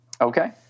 Okay